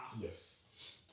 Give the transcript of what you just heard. Yes